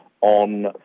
on